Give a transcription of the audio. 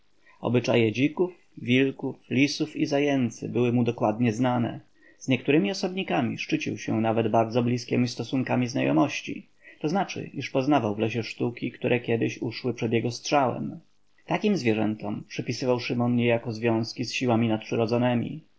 obyczaje dzików wilków lisów i zajęcy były mu dokładnie znane z niektórymi osobnikami szczycił się nawet bardzo blizkiemi stosunkami znajomości to znaczy iż poznawał w lesie sztuki które kiedyś uszły przed jego strzałem takim zwierzętom przypisywał szymon niejako związki z siłami nadprzyrodzonemi